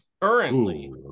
Currently